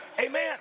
Amen